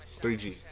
3G